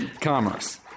Commerce